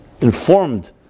informed